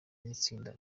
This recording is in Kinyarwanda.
n’itsinda